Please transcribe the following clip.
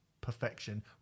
perfection